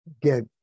get